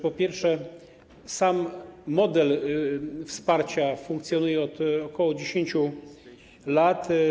Po pierwsze, sam model wsparcia funkcjonuje od ok. 10 lat.